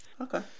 Okay